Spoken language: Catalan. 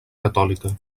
catòlica